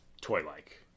toy-like